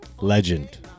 legend